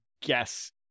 guess